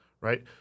Right